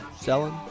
selling